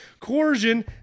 coercion